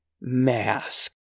mask